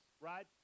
right